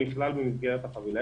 הוא נכלל במסגרת החבילה.